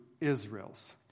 Israels